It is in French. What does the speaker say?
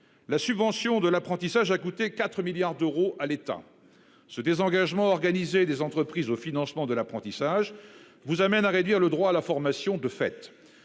La subvention de l'apprentissage a coûté 4 milliards d'euros à l'État ce désengagement organiser des entreprises au financement de l'apprentissage vous amène à réduire le droit à la formation de fête.